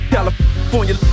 California